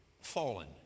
fallen